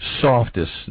softest